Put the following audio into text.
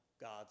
God's